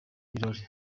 birori